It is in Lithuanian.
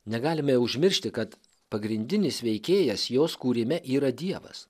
negalime užmiršti kad pagrindinis veikėjas jos kūrime yra dievas